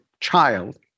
child